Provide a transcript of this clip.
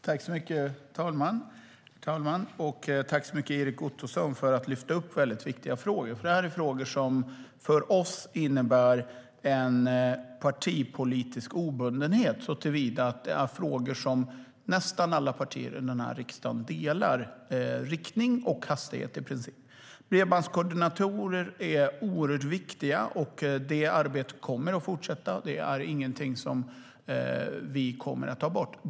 Herr talman! Jag tackar Erik Ottoson för att han lyfter upp mycket viktiga frågor. Detta är frågor som för oss innebär en partipolitisk obundenhet såtillvida att det är frågor som nästan alla partier i den här riksdagen har i princip samma uppfattning om när det gäller riktning och hastighet. Bredbandskoordinatorer är oerhört viktiga, och detta arbete kommer att fortsätta. Det är ingenting som vi kommer att ta bort.